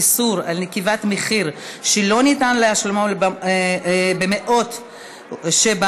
איסור על נקיבת מחיר שלא ניתן לשלמו במעות שבמחזור),